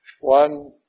One